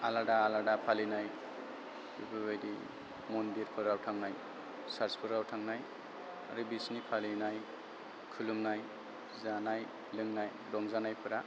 आलादा आलादा फालिनाय बेफोरबायदि मन्दिरफोराव थांनाय सारसफोराव थांनाय आरो बिसिनि फालिनाय खुलुमनाय जानाय लोंनाय रंजानायफोरा